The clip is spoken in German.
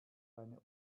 seine